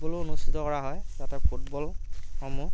ফুটবলো অনুষ্ঠিত কৰা হয় তাতে ফুটবলসমূহ